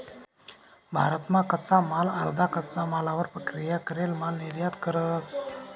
भारत मा कच्चा माल अर्धा कच्चा मालवर प्रक्रिया करेल माल निर्यात करस